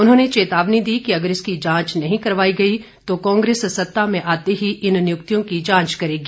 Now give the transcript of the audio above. उन्होंने चेतावनी दी कि अगर इसकी जांच नही करवाई गई तो कांग्रेस सत्ता में आते ही इन निय्क्तियों की जांच करेगी